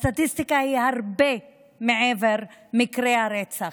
הסטטיסטיקה היא הרבה מעבר למקרי הרצח,